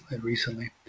recently